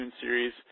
series